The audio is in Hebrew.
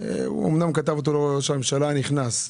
אמנם הוא כתב אותו לראש הממשלה הנכנס,